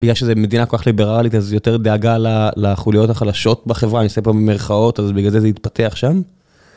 בגלל שזה מדינה כל כך ליברלית, אז יותר דאגה לחוליות החלשות בחברה, אני עושה פה מרכאות, אז בגלל זה - זה התפתח שם.